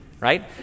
right